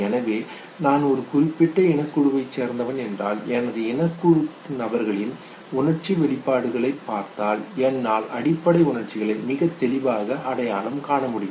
எனவே நான் ஒரு குறிப்பிட்ட இனக் குழுவைச் சேர்ந்தவன் என்றால் எனது இனக்குழு நபர்களின் உணர்ச்சி வெளிப்பாடுகளை பார்த்தால் என்னால் அடிப்படை உணர்ச்சிகளை மிகத் தெளிவாக அடையாளம் காணமுடியும்